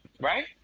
right